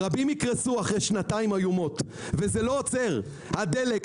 רבים יקרסו אחרי שנתיים איומות וזה לא עוצר הדלק,